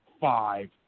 five